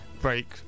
break